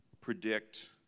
predict